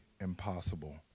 impossible